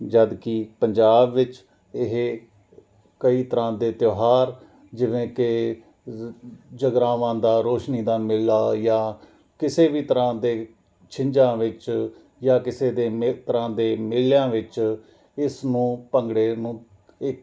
ਜਦੋਂ ਕਿ ਪੰਜਾਬ ਵਿੱਚ ਇਹ ਕਈ ਤਰ੍ਹਾਂ ਦੇ ਤਿਉਹਾਰ ਜਿਵੇਂ ਕਿ ਜਗਰਾਵਾਂ ਦੀ ਰੋਸ਼ਨੀ ਦਾ ਮੇਲਾ ਜਾਂ ਕਿਸੇ ਵੀ ਤਰ੍ਹਾਂ ਦੇ ਛਿੰਝਾਂ ਵਿੱਚ ਜਾਂ ਕਿਸੇ ਦੇ ਨੇਤਰਾਂ ਦੇ ਮੇਲਿਆਂ ਵਿੱਚ ਇਸ ਨੂੰ ਭੰਗੜੇ ਨੂੰ ਇੱਕ